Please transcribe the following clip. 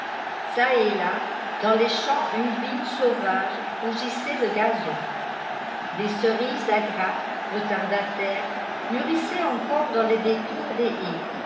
çà et là dans les champs une vigne sauvage rougissait le gazon des cerises à grappes retardataires mûrissaient encore dans le détour des